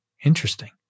interesting